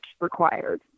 required